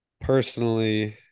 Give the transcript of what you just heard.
Personally